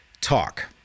talk